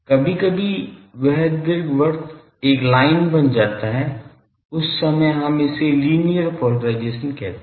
कभी कभी वह दीर्घवृत्त एक लाइन बन जाता है उस समय हम इसे लीनियर पोलराइजेशन कहते हैं